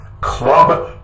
Club